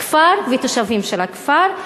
הכפר ואת התושבים של הכפר?